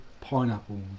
pineapples